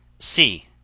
c.